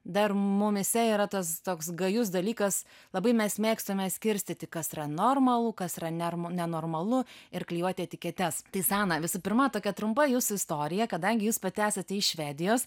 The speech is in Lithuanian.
dar mumyse yra tas toks gajus dalykas labai mes mėgstame skirstyti kas yra normalu kas yra nenor nenormalu ir klijuoti etiketes tai sana visų pirma tokia trumpa jūsų istorija kadangi jūs pati esate iš švedijos